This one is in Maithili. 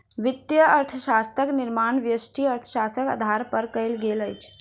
वित्तीय अर्थशास्त्रक निर्माण व्यष्टि अर्थशास्त्रक आधार पर कयल गेल अछि